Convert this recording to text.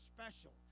special